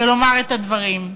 ולומר את הדברים.